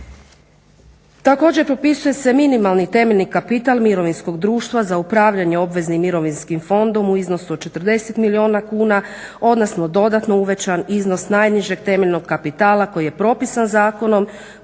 Također propisuje se minimalni temeljni kapital mirovinskog društva za upravljanje obveznim mirovinskim fondom u iznosu od 40 milijuna kuna, odnosno dodatno uvećan iznos najnižeg temeljnog kapitala koji je propisan zakonom,